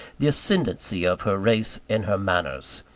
the ascendancy of her race in her manners.